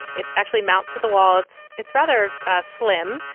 it actually mounts to the wall. it's it's rather ah slim,